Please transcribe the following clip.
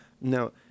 now